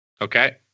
Okay